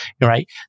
right